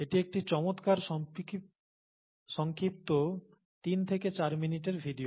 এটি একটি চমৎকার সংক্ষিপ্ত 3 থেকে 4 মিনিটের ভিডিও